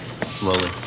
Slowly